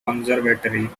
conservatory